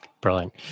Brilliant